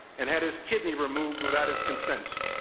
and had his kidney removed without his consent.